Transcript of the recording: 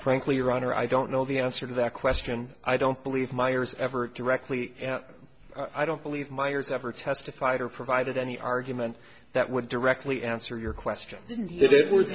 frankly your honor i don't know the answer to that question i don't believe myer's ever directly i don't believe myers ever testified or provided any argument that would directly answer your question